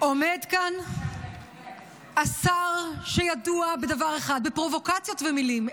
עומד כאן השר שידוע בדבר אחד, בפרובוקציות ומילים.